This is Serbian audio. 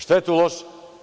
Šta je tu loše?